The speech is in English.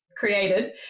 created